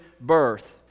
birth